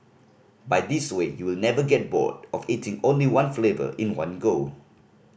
by this way you will never get bored of eating only one flavour in one go